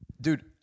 Dude